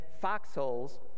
foxholes